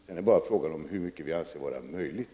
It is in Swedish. Sedan är det bara fråga om hur mycket vi anser vara möjligt.